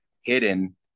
hidden